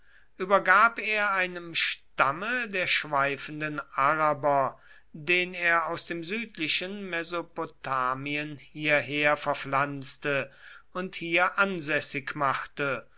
übergab er einem stamme der schweifenden araber den er aus dem südlichen mesopotamien hierher verpflanzte und hier ansässig machte